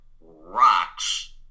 Rocks